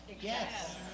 Yes